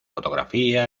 fotografía